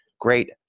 great